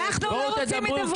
הם לא רוצים שום הידברות.